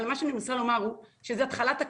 אבל מה שאני מנסה לומר הוא שזה התחלת הקצה,